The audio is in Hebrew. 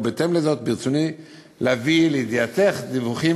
ובהתאם לזאת ברצוני להביא לידיעתך דיווחים